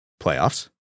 playoffs